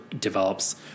develops